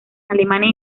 alemania